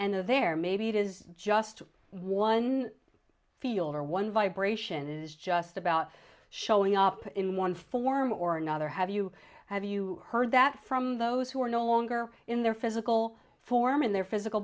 and there maybe it is just one field or one vibration is just about showing up in one form or another have you have you heard that from those who are no longer in their physical form in their physical